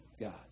God